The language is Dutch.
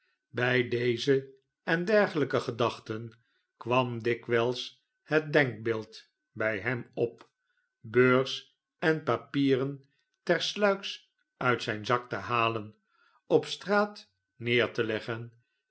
bj deze en dergelijke gedachten kwam dikwijls het denkbeeld bij hem op beurs en papieren tersluiks uit zijn zak te halen op straat neer te leggen